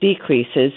decreases